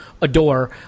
adore